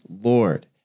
Lord